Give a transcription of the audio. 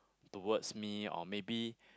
towards me or maybe